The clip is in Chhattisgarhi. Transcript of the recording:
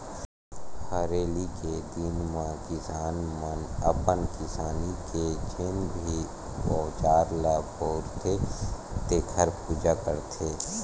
हरेली के दिन म किसान मन अपन किसानी के जेन भी अउजार ल बउरथे तेखर पूजा करथे